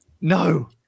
No